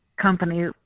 company